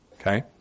Okay